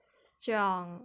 strong